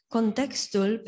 Contextul